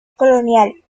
colonial